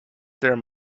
there